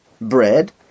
bread